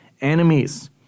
enemies